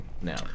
now